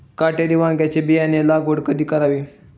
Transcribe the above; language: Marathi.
काटेरी वांग्याची बियाणे लागवड कधी करावी?